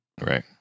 right